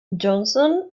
johnson